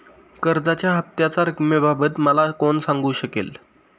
कर्जाच्या हफ्त्याच्या रक्कमेबाबत मला कोण सांगू शकेल?